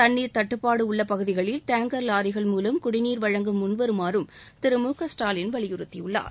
தண்ணீர் தட்டுபாடு உள்ள பகுதிகளில் டேங்கர் லாரிகள் மூலம் குடிநீர் வழங்க முன்வருமாறும் திரு மு க ஸ்டாலின் வலியுறுத்தியுள்ளார்